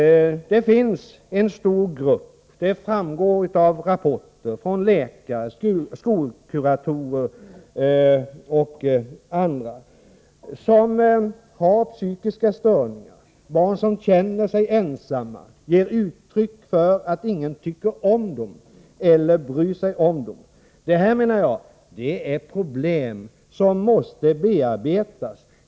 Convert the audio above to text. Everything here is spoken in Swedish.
Det finns en stor grupp — det framgår av rapporter från läkare, skolkuratorer och andra — som har psykiska störningar, barn som känner sig ensamma, ger uttryck för att ingen tycker om dem eller bryr sig om dem. Det här är problem som måste bearbetas.